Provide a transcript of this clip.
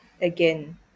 Again